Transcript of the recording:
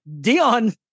Dion